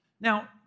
Now